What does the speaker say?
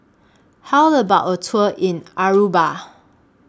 How about A Tour in Aruba